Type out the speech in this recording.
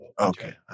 Okay